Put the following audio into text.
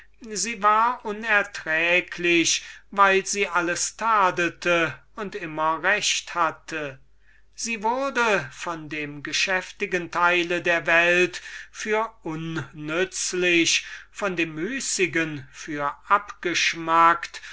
sie war unerträglich weil sie alles tadelte und immer recht hatte sie wurde von dem geschäftigen teil der welt für unnützlich von dem müßigen für abgeschmackt